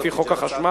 לפי חוק החשמל,